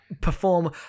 Perform